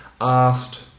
asked